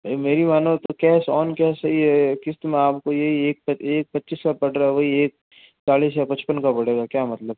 मेरी मानो तो कैश ऑन कैश ये क़िस्त में आपको ये एक पच्चीस का पड़ रहा वहीं एक चालीस या पचपन का पड़ेगा क्या मतलब